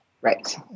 Right